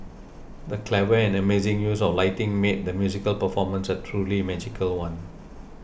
the clever and amazing use of lighting made the musical performance a truly magical one